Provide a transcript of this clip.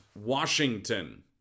Washington